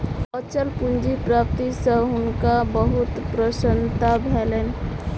अचल पूंजी प्राप्ति सॅ हुनका बहुत प्रसन्नता भेलैन